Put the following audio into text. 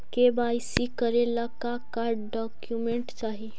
KYC करे ला का का डॉक्यूमेंट चाही?